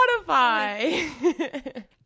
Spotify